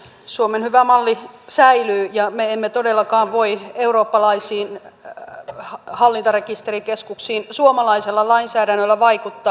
suomen hyvä malli säilyy ja me emme todellakaan voi eurooppalaisiin hallintarekisterikeskuksiin suomalaisella lainsäädännöllä vaikuttaa